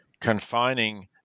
confining